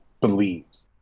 believes